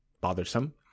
bothersome